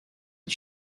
and